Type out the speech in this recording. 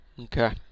Okay